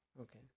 Okay